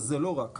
אז זה לא רק.